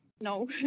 no